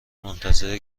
منتظر